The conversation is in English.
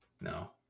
No